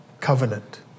covenant